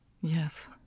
Yes